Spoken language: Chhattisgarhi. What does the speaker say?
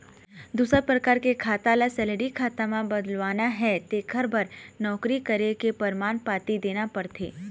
दूसर परकार के खाता ल सेलरी खाता म बदलवाना हे तेखर बर नउकरी करे के परमान पाती देना परथे